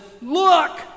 Look